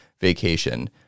vacation